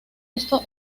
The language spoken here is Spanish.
esto